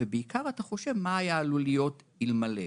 ובעיקר אתה חושב: מה היה עלול להיות אלמלא,